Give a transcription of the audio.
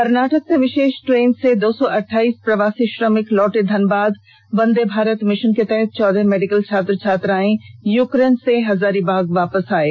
कर्नाटक से विशेष ट्रेन से दो सौ अहाइस प्रवासी श्रमिक लौटै धनबाद वंदे भारत मिशन के तहत चौदह मेडिकल छात्र छात्राएं यूक्रेन से हजारीबाग वापस आये